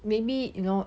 maybe you know